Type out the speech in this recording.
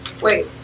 Wait